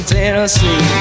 Tennessee